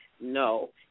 No